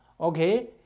okay